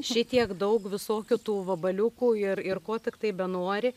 šitiek daug visokių tų vabaliukų ir ir ko tiktai benori